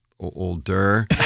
older